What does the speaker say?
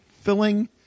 filling